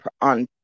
on